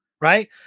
right